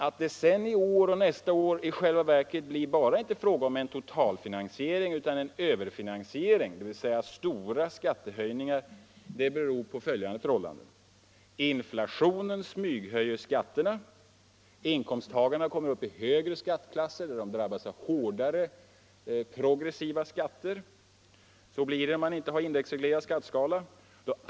Att det sedan i år och nästa år inte bara blir fråga om totalfinansiering utan en överfinansiering, dvs. stora skattehöjningar, beror på följande förhållanden. Inflationen smyghöjer skatterna, inkomsttagarna kommer upp i högre skatteklasser och de drabbas av hårdare progressiva skatter — så blir det om man inte har en indexreglerad skatteskala.